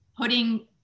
putting